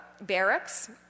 barracks